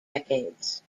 decades